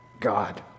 God